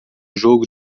jogo